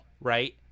right